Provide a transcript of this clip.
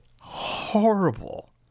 horrible